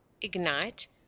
ignite